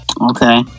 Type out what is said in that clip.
Okay